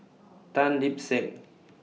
Tan Lip Seng